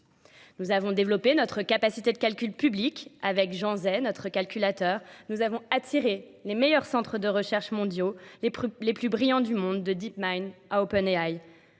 Nous avons développé notre capacité de calcul publique avec Jean Zay, notre calculateur. Nous avons attiré les meilleurs centres de recherche mondiaux, les plus brillants du monde, de DeepMind à OpenAI.